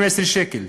12 שקל,